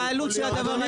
מה העלות של הדבר הזה?